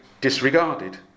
disregarded